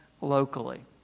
locally